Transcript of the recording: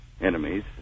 enemies